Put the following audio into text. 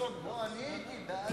אני הייתי בעד,